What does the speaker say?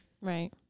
Right